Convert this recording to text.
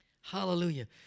Hallelujah